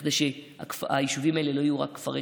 בשביל שהיישובים האלה לא יהיו רק כפרי